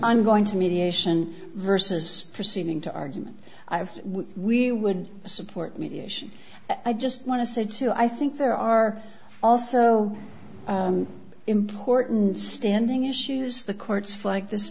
i'm going to mediation versus proceeding to argument i have we would support mediation i just want to say to you i think there are also important standing issues the courts flag this